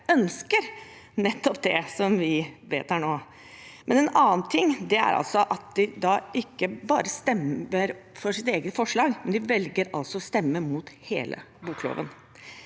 ønsker nettopp det vi vedtar nå. Noe annet er at Høyre ikke bare stemmer for sitt eget forslag, men altså velger å stemme mot hele bokloven.